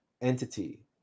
entity